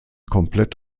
komplett